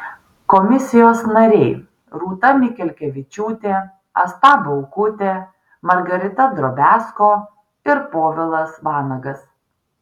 komisijos nariai rūta mikelkevičiūtė asta baukutė margarita drobiazko ir povilas vanagas